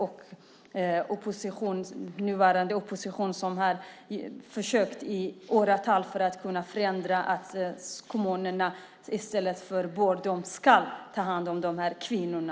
Den nuvarande oppositionen har i åratal försökt att förändra detta så att det i stället för att kommunerna "bör" står att de "ska" ta hand om de här kvinnorna.